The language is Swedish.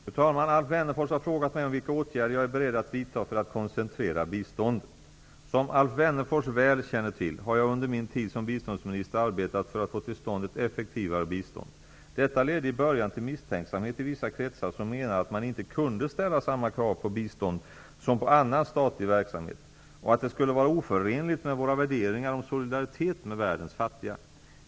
Fru talman! Alf Wennerfors har frågat mig om vilka åtgärder jag är beredd att vidta för att koncentrera biståndet. Som Alf Wennerfors väl känner till har jag under min tid som biståndsminister arbetat för att få till stånd ett effektivare bistånd. Detta ledde i början till misstänksamhet i vissa kretsar som menade att man inte kunde ställa samma krav på bistånd som på annan statlig verksamhet och att det skulle vara oförenligt med våra värderingar om solidaritet med världens fattiga.